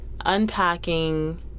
Unpacking